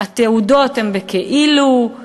התעודות הן בכאילו.